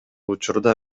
учурда